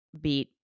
beat